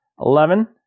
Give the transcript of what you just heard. eleven